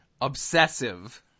Obsessive